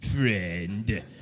friend